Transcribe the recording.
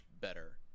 better